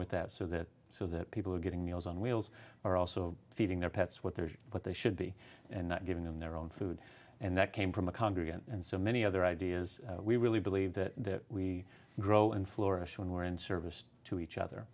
with that so that so that people were getting meals on wheels are also feeding their pets what they're what they should be and not giving them their own food and that came from a congregation and so many other ideas we really believe that we grow and flourish when we're in service to each other